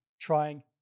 trying